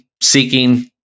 seeking